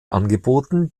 angeboten